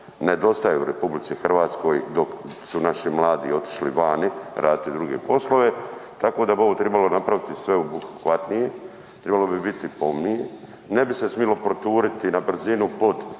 nedostaje u RH dok su naši mladi otišli vani raditi druge poslove, tako da bi ovo tribalo napraviti sveobuhvatnije, tribalo bi biti pomnije, ne bi se tribalo proturiti nabrzinu pod krinkom